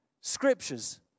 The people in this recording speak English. scriptures